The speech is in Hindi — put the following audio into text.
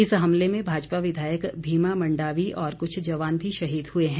इस हमले में भाजपा विधायक भीमा मंडावी और कुछ जवान भी शहीद हुए हैं